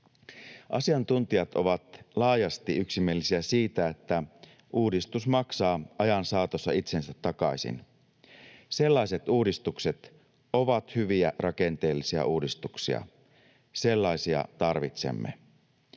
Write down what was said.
Asiantuntijat ovat laajasti yksimielisiä siitä, että uudistus maksaa ajan saatossa itsensä takaisin. Sellaiset uudistukset ovat hyviä rakenteellisia uudistuksia. Sellaisia tarvitsemme.